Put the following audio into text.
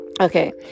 okay